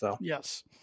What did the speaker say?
Yes